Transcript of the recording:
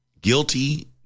Guilty